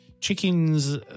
Chickens